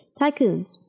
Tycoons